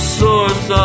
source